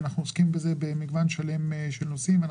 אנחנו עוסקים בו במגוון שלם של נושאים.